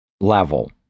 level